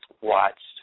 watched